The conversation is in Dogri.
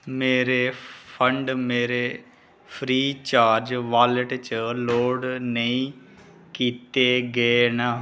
मेरे फंड मेरे फ्री चार्ज वॉलेट च लोड नेईं कीते गे न